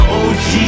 og